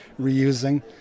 reusing